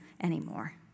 anymore